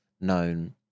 known